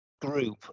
Group